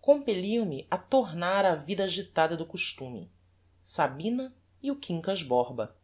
compelliam me a tornar á vida agitada do costume sabina e o quincas borba